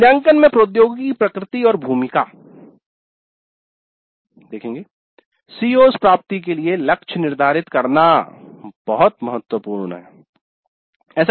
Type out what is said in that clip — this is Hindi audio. मूल्यांकन में प्रौद्योगिकी की प्रकृति और भूमिका "CO's प्राप्ति" के लिए लक्ष्य निर्धारित करना बहुत महत्वपूर्ण पहलू है